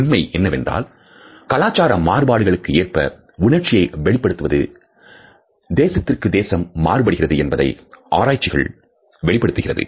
உண்மை என்னவென்றால் கலாச்சார மாறுபாடுகளுக்கு ஏற்ப உணர்ச்சியை வெளிப்படுத்துவது தேசத்திற்கு தேசம் மாறுபடுகிறது என்பதை ஆராய்ச்சிகள் வெளிப்படுத்துகிறது